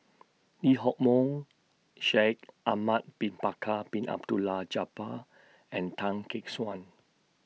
Lee Hock Moh Shaikh Ahmad Bin Bakar Bin Abdullah Jabbar and Tan Gek Suan